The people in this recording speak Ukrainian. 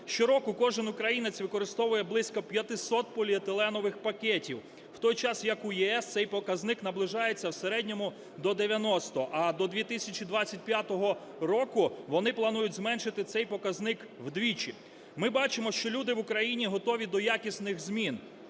Щороку кожний українець використовує близько 500 поліетиленових пакетів, в той час як у ЄС цей показник наближається в середньому до 90, а до 2025 року вони планують зменшити цей показник удвічі. Ми бачимо, що люди в Україні готові до якісних змін: